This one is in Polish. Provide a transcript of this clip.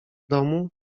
domu